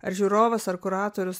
ar žiūrovas ar kuratorius